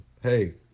Hey